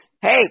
Hey